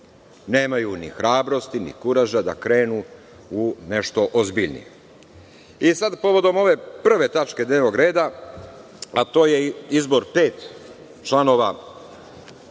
Nemaju ni hrabrosti, ni kuraža da krenu u nešto ozbiljnije. Sada, povodom ove prve tačke dnevnog reda, a to je izbor pet članova